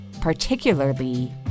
particularly